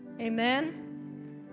Amen